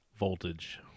Voltage